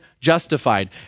justified